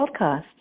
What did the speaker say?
podcast